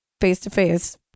face-to-face